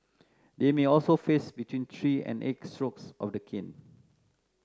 they may also face between three and eight strokes of the cane